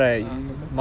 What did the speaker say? (uh huh) temple